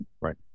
right